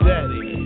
Daddy